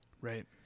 Right